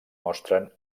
mostren